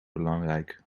belangrijk